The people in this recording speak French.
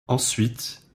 ensuite